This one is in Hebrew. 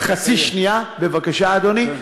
חצי שנייה, בבקשה, אדוני.